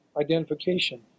identification